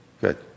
Good